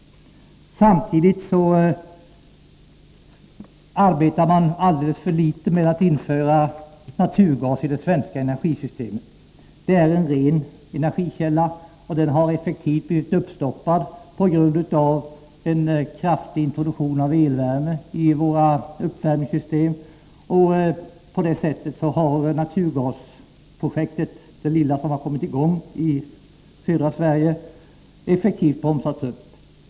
Samtidigt arbetar man alldeles för litet med att införa naturgas i det svenska energisystemet. Det är en ren energikälla, som effektivt blivit stoppad på grund av en kraftig introduktion av elvärme i våra uppvärmningssystem. På det sättet har naturgasprojektet, det lilla som kommit i gång i södra Sverige, effektivt bromsats upp.